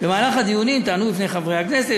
"במהלך הדיונים טענו בפני חברי הכנסת,